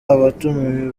abatumiwe